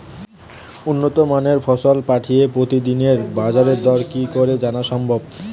উন্নত মানের ফসল পাঠিয়ে প্রতিদিনের বাজার দর কি করে জানা সম্ভব?